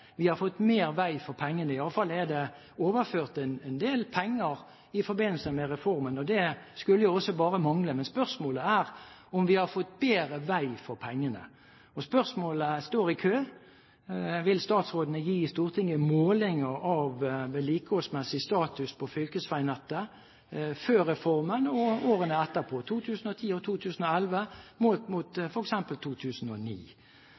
vi har fått mer vei for pengene. I alle fall er det overført en del penger i forbindelse med reformen, og det skulle jo bare mangle. Men spørsmålet er om vi har fått bedre vei for pengene. Spørsmålene står i kø. Vil statsråden gi Stortinget målinger av vedlikeholdsmessig status på fylkesveinettet før reformen og årene etterpå – 2010 og 2011 målt mot f.eks. 2009?